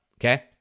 Okay